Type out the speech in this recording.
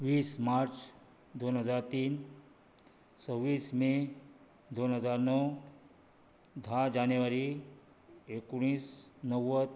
वीस मार्च दोन हजार तीन सव्वीस मे दोन हजार णव धा जानेवारी एकुणीस नव्वद